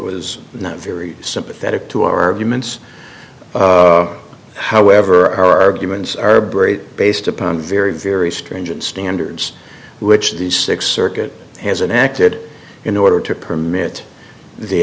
was not very sympathetic to our arguments however our arguments are break based upon very very stringent standards which the sixth circuit has and acted in order to permit the